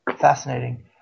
fascinating